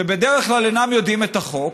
שבדרך כלל אינם יודעים את החוק,